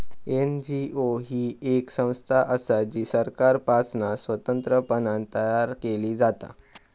NGO ही येक संस्था असा जी सरकारपासना स्वतंत्रपणान तयार केली जाता